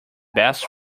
best